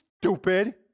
stupid